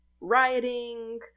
rioting